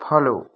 follow